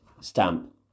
Stamp